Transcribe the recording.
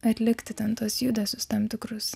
atlikti ten tuos judesius tam tikrus